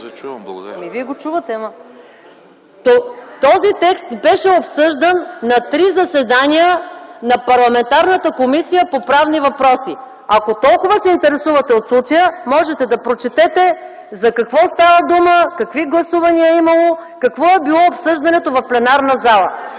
Този текст беше обсъждан на три заседания на парламентарната Комисия по правни въпроси. Ако толкова се интересувате от случая, можете да прочете за какво става дума, какви гласувания е имало, какво е било обсъждането в пленарната зала.